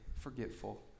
forgetful